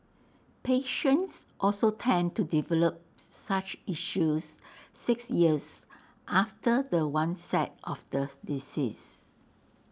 patients also tend to develop such issues six years after the onset of the disease